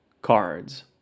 Cards